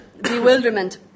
bewilderment